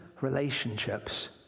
relationships